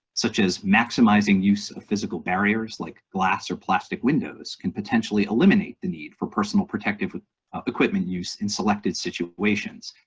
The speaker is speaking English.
such as maximizing use of physical barriers like glass or plastic windows, can potentially eliminate the need for personal protective equipment use in selected situations.